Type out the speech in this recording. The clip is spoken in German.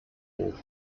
hoch